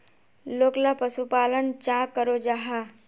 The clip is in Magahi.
लोकला पशुपालन चाँ करो जाहा?